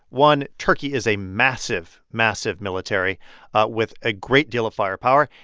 one, turkey is a massive, massive military with a great deal of firepower.